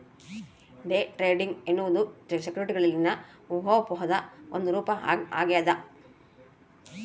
day trading ಎನ್ನುವುದು ಸೆಕ್ಯುರಿಟಿಗಳಲ್ಲಿನ ಊಹಾಪೋಹದ ಒಂದು ರೂಪ ಆಗ್ಯದ